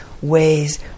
ways